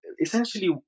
essentially